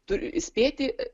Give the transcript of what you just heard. turi įspėti